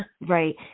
right